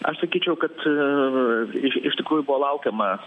aš sakyčiau kad iš iš tikrųjų buvo laukiama